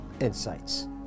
insights